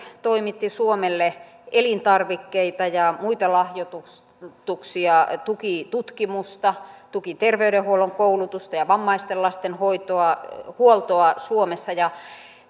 toimitti suomelle elintarvikkeita ja muita lahjoituksia tuki tutkimusta tuki terveydenhuollon koulutusta ja vammaisten lasten hoitoa huoltoa suomessa ja